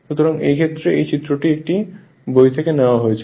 সুতরাং এই ক্ষেত্রে এই চিত্রটি একটি বই থেকে নেওয়া হয়েছে